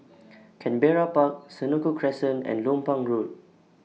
Canberra Park Senoko Crescent and Lompang Road